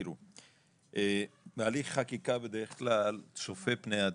תיראו, הליך חקיקה בדרך כלל צופה פני עתיד.